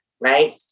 right